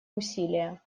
усилия